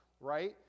right